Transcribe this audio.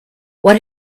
what